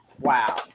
wow